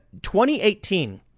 2018